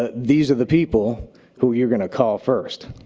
ah these are the people who you're gonna call first.